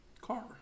car